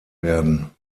werden